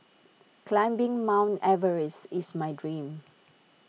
climbing mount Everest is my dream